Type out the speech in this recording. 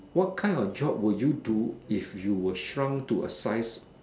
what kind of job would you do if you were shrunk to a size